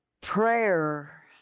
Prayer